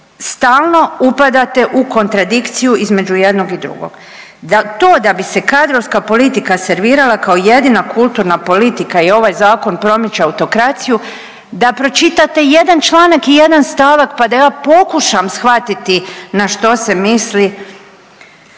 Stalno upadate u kontradikciju između jednog i drugog. To da bi se kadrovska politika servirala kao jedina kulturna politika i ovaj zakon promiče autokraciju da pročitate jedan članak i jedan stavak pa da ja pokušam shvatiti na što se misli